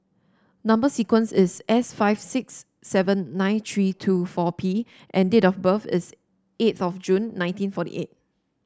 number sequence is S five six seven nine three two four P and date of birth is eighth of June nineteen forty eight